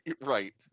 Right